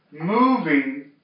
moving